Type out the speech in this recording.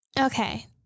Okay